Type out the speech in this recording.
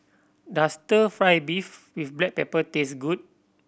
does Stir Fry beef with black pepper taste good